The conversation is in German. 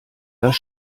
das